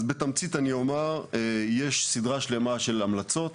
אז בתמצית, אני אומר שיש סדרה שלמה של המלצות,